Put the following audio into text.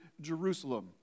Jerusalem